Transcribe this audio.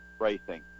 racing